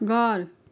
घर